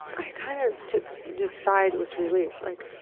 i kind of took just sighed with relief, like,